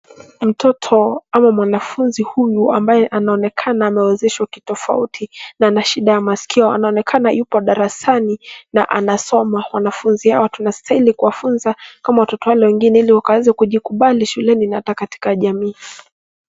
Mtoto au mwanafunzi huyu ambaye amewezeshwa kitofauti na ana shida ya maskio na anaonekana yupo darasani na anasoma. Wanafunzi hawa tunastahili kuwafunza kama watoto wale wengine ili wakaweze kujikubali shuleni na hata katika jamii.